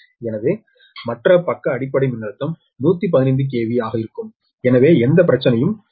எனவே மற்ற பக்க அடிப்படை மின்னழுத்தம் 115 KV ஆக இருக்கும் எனவே எந்த பிரச்சனையும் இல்லை